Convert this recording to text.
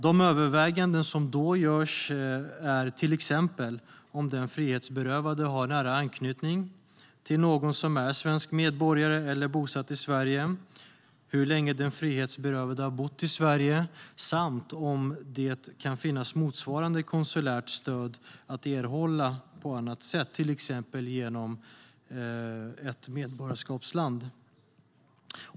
De överväganden som görs är till exempel om den frihetsberövade har nära anknytning till någon som är svensk medborgare eller bosatt i Sverige, hur länge den frihetsberövade har bott i Sverige samt om det kan finnas motsvarande konsulärt stöd att erhålla på annat sätt, till exempel genom ett medborgarskapsland.